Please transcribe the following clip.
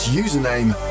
username